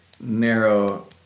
narrow